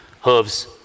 hooves